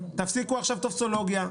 תפסיקו עכשיו עם ה"טופסולוגיה",